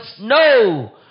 No